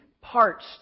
parts